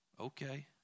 Okay